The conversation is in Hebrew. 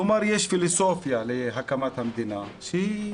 כלומר יש פילוסופיה להקמת המדינה שהיא